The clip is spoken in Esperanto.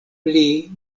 pli